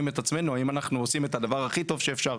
את עצמנו האם אנחנו עושים את הדבר הכי טוב שאפשר,